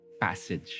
passage